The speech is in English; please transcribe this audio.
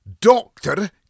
Doctor